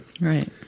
Right